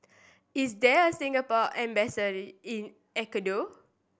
is there a Singapore in Ecuador